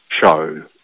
show